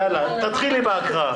בבקשה, נתחיל עם ההקראה.